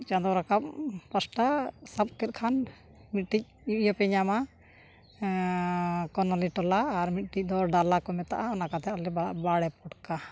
ᱪᱟᱸᱫᱳ ᱨᱟᱠᱟᱵ ᱯᱟᱥᱴᱟ ᱥᱟᱵ ᱠᱮᱫ ᱠᱷᱟᱱ ᱢᱤᱫᱴᱤᱡ ᱤᱭᱟᱹᱯᱮ ᱧᱟᱢᱟ ᱠᱚᱱᱚᱞᱤ ᱴᱚᱞᱟ ᱟᱨ ᱢᱤᱫᱴᱤᱡ ᱫᱚ ᱰᱟᱞᱟ ᱠᱚ ᱢᱮᱛᱟᱜᱼᱟ ᱚᱱᱟ ᱠᱟᱛᱮ ᱟᱞᱮ ᱵᱟᱲᱮ ᱯᱚᱴᱠᱟ